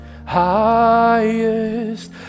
Highest